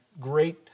great